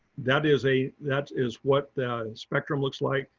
that is a that is what the spectrum looks like.